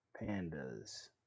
Pandas